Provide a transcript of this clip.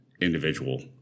individual